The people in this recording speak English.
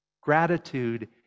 Gratitude